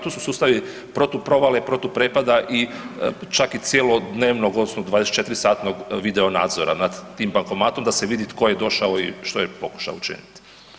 Tu su sustavi protuprovale, protuprepada i čak i cjelodnevnog odnosno 24-satnog video nadzora nad tim bankomatom da se vidi tko je došao i što je pokušao učiniti.